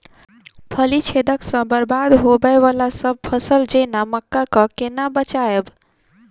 फली छेदक सँ बरबाद होबय वलासभ फसल जेना मक्का कऽ केना बचयब?